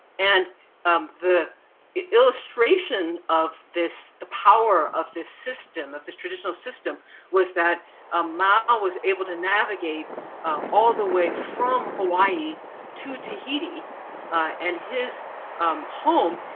and um the illustration of this, the power of this system, of this traditional system was that ah mau was able to navigate all the way from hawaii to tahiti and his um home,